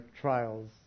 trials